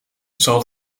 zal